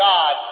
God